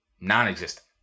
Non-existent